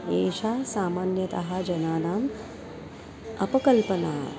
एषा सामान्यतः जनानाम् अपकल्पना